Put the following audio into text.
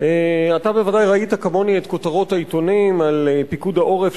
אתה בוודאי ראית כמוני את כותרות העיתונים על פיקוד העורף,